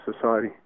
society